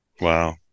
Wow